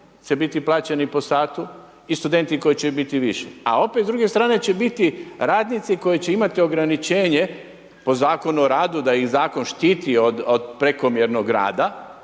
će biti plaćeni po sati i studenti koji će biti više. A opet s druge stane, će biti radnici koji će imati ograničenje, po zakonu o radu da ih zakon štiti od prekomjernog rada,